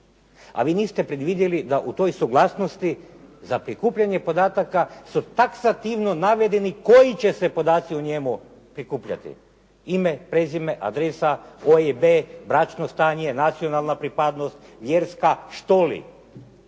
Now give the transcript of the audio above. A vi niste predvidjeli da u toj suglasnosti za prikupljanje podataka su taksativno navedeni koji će se podaci u njemu prikupljati. Ime, prezime, adresa, OIB, bračno stanje, nacionalna pripadnost, vjerska, što li?